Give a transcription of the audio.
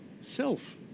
Self